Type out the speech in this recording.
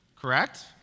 Correct